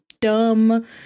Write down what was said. dumb